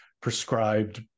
prescribed